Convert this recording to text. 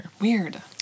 weird